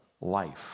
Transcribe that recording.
life